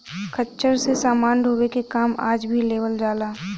खच्चर से समान ढोवे के काम आज भी लेवल जाला